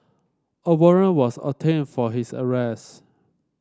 a warrant was obtained for his arrest